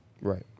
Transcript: Right